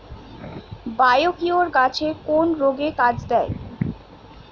Biocure গাছের কোন রোগে কাজেদেয়?